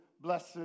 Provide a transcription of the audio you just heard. blessed